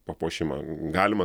papuošimą galima